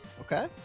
Okay